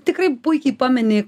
tikrai puikiai pameni